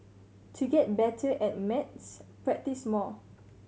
to get better at maths practise more